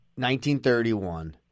1931